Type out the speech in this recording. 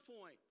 point